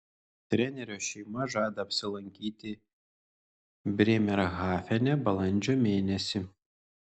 trenerio šeima žada apsilankyti brėmerhafene balandžio mėnesį